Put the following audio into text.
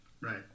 Right